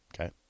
Okay